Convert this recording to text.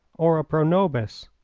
ora pro nobis.